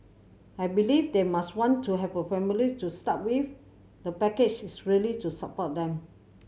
I believe they must want to have a family to start with the package is really to support them